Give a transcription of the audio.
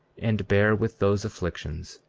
and bear with those afflictions,